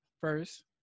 First